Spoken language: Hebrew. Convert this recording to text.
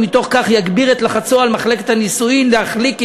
ומתוך כך יגביר את לחצו על מחלקת הנישואין 'להחליק עניינים',